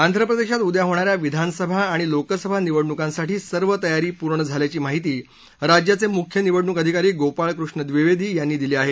आंध्र प्रदेशात उद्या होणाऱ्या विधानसभा आणि लोकसभा निवडणुकांसाठी सर्व तयारी पूर्ण झाल्याची माहिती राज्याचे मुख्य निवडणूक अधिकारी गोपाळ कृष्ण द्विवेदी यांनी दिली आहे